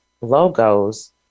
logos